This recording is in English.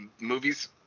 MOVIES